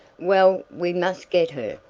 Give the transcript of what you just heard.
well, we must get her,